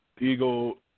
Ego